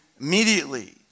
immediately